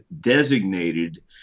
designated